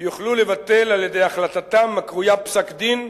יוכלו לבטל על-ידי החלטתם הקרויה 'פסק-דין'